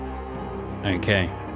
Okay